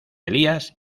elías